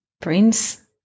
prince